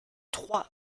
trois